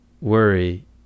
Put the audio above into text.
worry